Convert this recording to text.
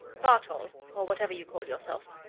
bartol, or whatever you call yourself,